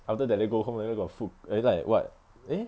after that day go home then you got food and then you like [what] eh